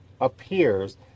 appears